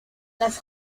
las